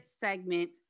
segment